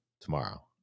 tomorrow